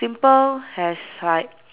simple has like